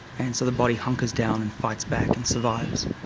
and so the body hunkers down and fights back and survives.